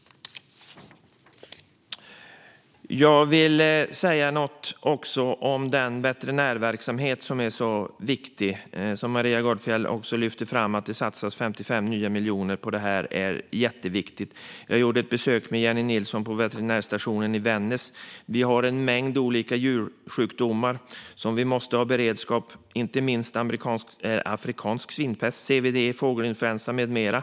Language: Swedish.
Jag ska också säga något om den veterinärverksamhet som är så viktig. Maria Gardfjell lyfte fram att det satsas 55 nya miljoner på detta. Det är jätteviktigt. Jag gjorde tillsammans med Jennie Nilsson ett besök på veterinärstationen i Vännäs. Vi har en mängd olika djursjukdomar som vi måste ha beredskap för, inte minst afrikansk svinpest, CWD, fågelinfluensa med mera.